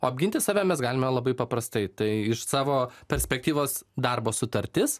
o apginti save mes galime labai paprastai tai iš savo perspektyvos darbo sutartis